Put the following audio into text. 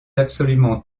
absolument